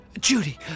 Judy